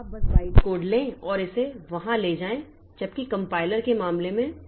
तो आप बस बाइट कोड लें और इसे वहां ले जाएं जबकि कम्पाइलर के मामले में